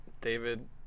David